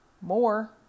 more